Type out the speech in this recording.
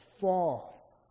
fall